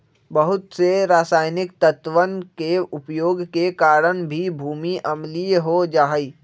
बहुत से रसायनिक तत्वन के उपयोग के कारण भी भूमि अम्लीय हो जाहई